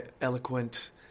eloquent